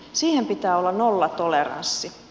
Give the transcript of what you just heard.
siihen pitää olla nollatoleranssi